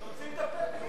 תוציא את הפתק כבר,